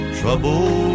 trouble